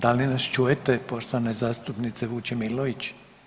Da li nas čujete poštovana zastupnice Vučemilović?